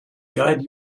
guide